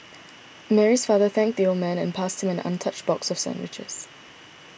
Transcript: Mary's father thanked the old man and passed him an untouched box of sandwiches